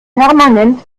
permanent